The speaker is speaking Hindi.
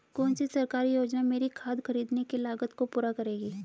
कौन सी सरकारी योजना मेरी खाद खरीदने की लागत को पूरा करेगी?